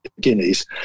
Guineas